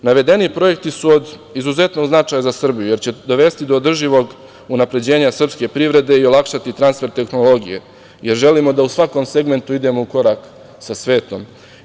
Navedeni projekti su od izuzetno značaja za Srbiju jer će dovesti do održivog unapređenja srpske privrede i olakšati transfer tehnologije jer želimo da u svakom segmentu idemo u korak sa svetom.